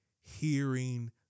hearing